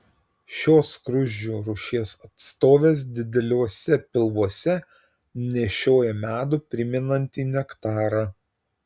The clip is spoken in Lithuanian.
šios skruzdžių rūšies atstovės dideliuose pilvuose nešioja medų primenantį nektarą